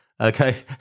Okay